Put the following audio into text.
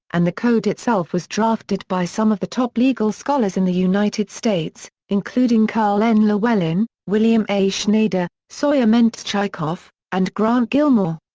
and the code itself was drafted by some of the top legal scholars in the united states, including karl n. llewellyn, william a. schnader, soia mentschikoff, and grant gilmore.